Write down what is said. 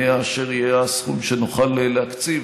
יהא אשר יהא הסכום שנוכל להקציב.